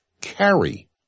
carry